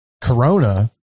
Corona